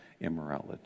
immorality